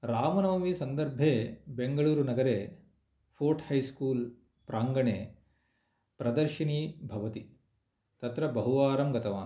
रामनवमीसन्दर्भे बैङ्गलुरु नगरे Fort High School प्राङ्गणे प्रदर्शिनी भवति तत्र बहुवारं गतवान्